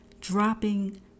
dropping